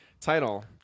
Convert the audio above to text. Title